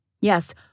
Yes